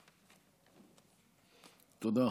תודה.